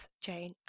chain